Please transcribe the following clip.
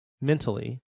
mentally